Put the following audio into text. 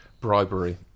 Bribery